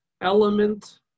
element